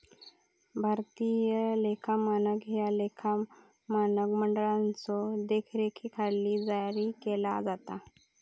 भारतीय लेखा मानक ह्या लेखा मानक मंडळाच्यो देखरेखीखाली जारी केला जाता